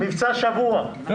100,000 זה מבצע לשבוע וזה נגמר.